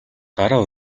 гараа